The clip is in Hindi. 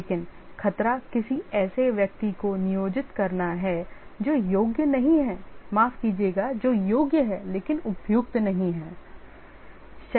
लेकिन खतरा किसी ऐसे व्यक्ति को नियोजित करना है जो योग्य नहीं है माफ कीजिएगा जो योग्य है लेकिन उपयुक्त नहीं है